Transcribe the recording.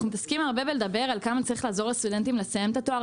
אנחנו מתעסקים הרבה בלדבר על כמה צריך לעזור לסטודנטים לסיים את התואר,